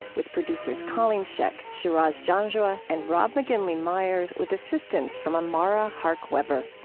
with producers colleen scheck, shiraz janjua, and rob mcginley myers, with assistance from amara hark-weber.